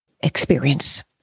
experience